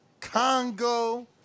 congo